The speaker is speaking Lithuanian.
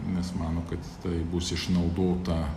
nes mano kad taip bus išnaudota